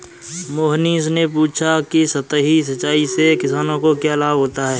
मोहनीश ने पूछा कि सतही सिंचाई से किसानों को क्या लाभ होता है?